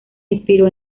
inspiró